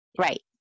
Right